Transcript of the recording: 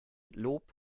lob